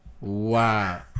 Wow